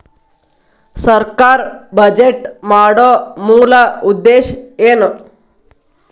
ಸರ್ಕಾರ್ ಬಜೆಟ್ ಮಾಡೊ ಮೂಲ ಉದ್ದೇಶ್ ಏನು?